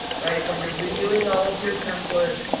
right, when you're redoing all of your templates,